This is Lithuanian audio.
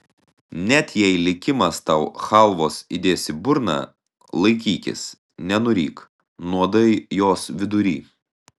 net jei likimas tau chalvos įdės į burną laikykis nenuryk nuodai jos vidury